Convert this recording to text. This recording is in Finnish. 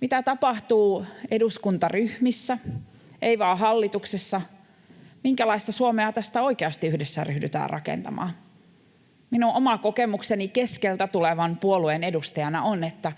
mitä tapahtuu eduskuntaryhmissä, ei vain hallituksessa, minkälaista Suomea tästä oikeasti yhdessä ryhdytään rakentamaan. Minun oma kokemukseni keskeltä tulevan puolueen edustajana on, että